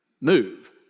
move